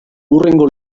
hurrengo